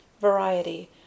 Variety